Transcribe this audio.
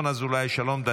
אני